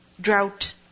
Drought